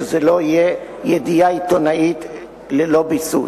שזה לא יהיה ידיעה עיתונאית ללא ביסוס.